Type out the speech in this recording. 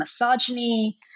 misogyny